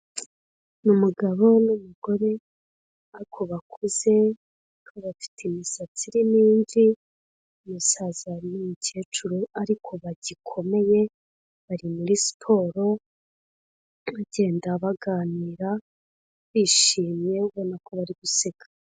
Umugabo n'umugore ariko bakuze kuko bafite imisatsi irimo imvi, umusaza n'umukecuru ariko bagikomeye bari muri siporo bagenda baganira bishimye ubona ko bari guseka.